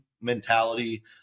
mentality